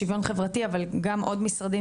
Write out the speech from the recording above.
ניצולי שואה ושוויון חברתי אבל גם עוד משרדים,